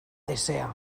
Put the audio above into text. desea